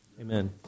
Amen